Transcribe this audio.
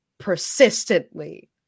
persistently